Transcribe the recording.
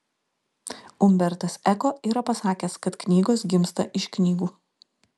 umbertas eko yra pasakęs kad knygos gimsta iš knygų